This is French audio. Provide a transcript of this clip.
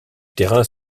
terrains